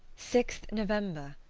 six november.